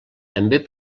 també